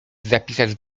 zapisać